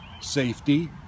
safety